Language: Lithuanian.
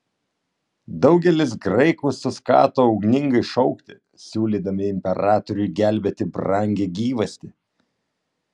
daugelis graikų suskato ugningai šaukti siūlydami imperatoriui gelbėti brangią gyvastį